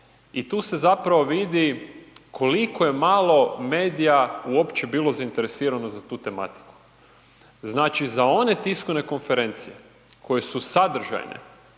i tu se zapravo vidi koliko je malo medija uopće bilo zainteresirano za tu tematiku. Znači za one tiskovne konferencije koje su sadržajne,